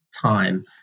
time